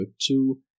two